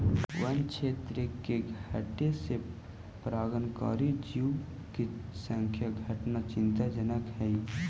वन्य क्षेत्र के घटे से परागणकारी जीव के संख्या घटना चिंताजनक हइ